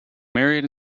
married